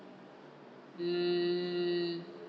mm